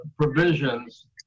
provisions